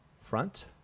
Front